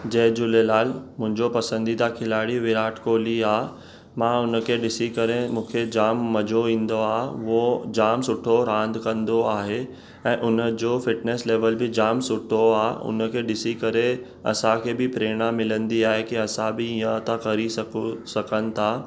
जय झूलेलाल मुंहिंजो पसंदीदा खिलाड़ी विराट कोहली आहे मां उनखे ॾिसी करे मूंखे जामु मज़ो ईंदो आहे उहो जामु सुठो रांदि कंदो आहे ऐं उनजो फिटनेस लेवल बि जामु सुठो आहे उनखे ॾिसी करे असांखे बि प्रेरणा मिलंदी आहे की असां बि ईंअ था करी सघूं सघनि था